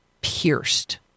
pierced